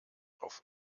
auf